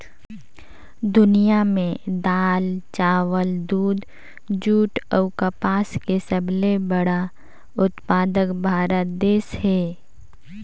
दुनिया में दाल, चावल, दूध, जूट अऊ कपास के सबले बड़ा उत्पादक भारत देश हे